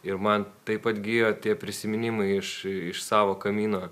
ir man taip atgijo tie prisiminimai iš savo kamino